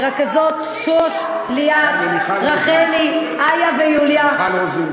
לרכזות שוש, ליאת, רחלי, איה ויוליה, למיכל רוזין.